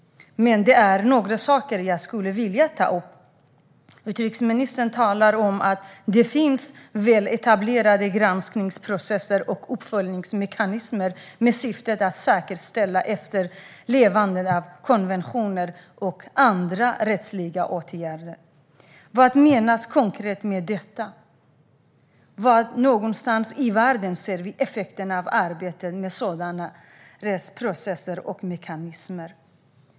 Men det är några saker jag skulle vilja ta upp. Utrikesministern talar om att det finns väletablerade granskningsprocesser och uppföljningsmekanismer med syftet att säkerställa efterlevande av konventioner och andra rättsliga åtgärder. Vad menas konkret med detta? Var någonstans i världen ser vi effekterna av arbetet med sådana rättsprocesser och mekanismer?